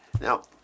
Now